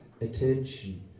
attention